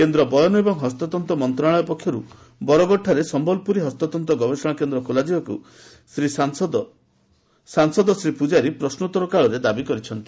କେନ୍ଦ୍ର ବୟନ ଏବଂ ହସ୍ତତନ୍ତ ମନ୍ତଶାଳୟ ପକ୍ଷରୁ ବରଗଡ଼ ଠାରେ ସମ୍ଭଲପୁରୀ ହସ୍ତତ୍ତ ଗବେଷଣା କେନ୍ଦ୍ର ଖୋଲାଯିବାକୁ ସାଂସଦ ଶ୍ରୀ ପୂକାରୀ ପ୍ରଶ୍ନୋତର କାଳରେ ଦାବୀ କରିଛନ୍ତି